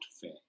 fair